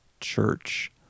church